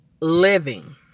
living